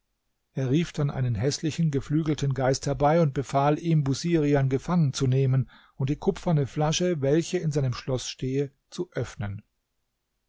er rief dann einen häßlichen geflügelten geist herbei und befahl ihm busirian gefangenzunehmen und die kupferne flasche welche in seinem schloß stehe zu öffnen